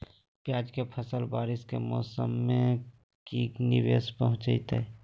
प्याज के फसल बारिस के मौसम में की निवेस पहुचैताई?